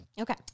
Okay